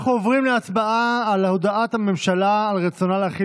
אנחנו עוברים להצבעה על הודעת הממשלה על רצונה להחיל